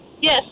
Yes